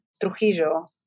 Trujillo